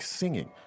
singing